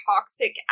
toxic